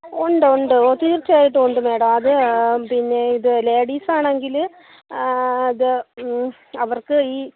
ഉണ്ട് ഉണ്ട് ഓ തീർച്ചയായിട്ടും ഉണ്ട് മാഡം അത് പിന്നെ ഇത് ലേഡീസാണെങ്കിൽ അത് അവർക്ക് ഈ